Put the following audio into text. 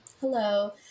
hello